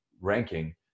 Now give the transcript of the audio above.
ranking